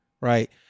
right